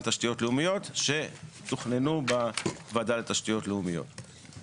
תשתיות לאומיות שתוכננו בוועדה לתשתיות לאומיות.